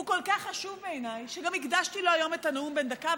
הוא כל כך חשוב בעיניי שהקדשתי לו היום את הנאום בן דקה,